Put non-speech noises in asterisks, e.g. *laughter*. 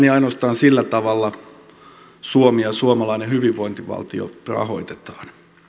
*unintelligible* ja ainoastaan sillä tavalla suomi ja suomalainen hyvinvointivaltio rahoitetaan